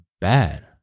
bad